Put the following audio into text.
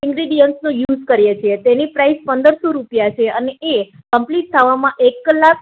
ઇન્ગ્રેડીન્ટ્સનો use કરીએ છે તેની પ્રાઇસ પંદરસો રૂપિયા છે અને એ કંપ્લીટ થવામાં એક કલાક